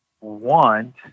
want